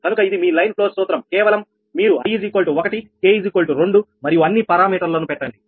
కనుక ఇది మీ లైన్ ఫ్లోన్ సూత్రం కేవలం మీరు i 1 k 2 మరియు అన్ని పారామీటర్లను పెట్టండి